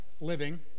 living